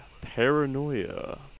paranoia